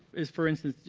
is for instance,